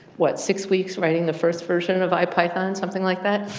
what, six weeks writing the first version of ipython, something like that.